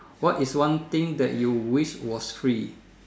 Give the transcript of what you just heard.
what is one thing that you wish was free